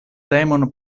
temon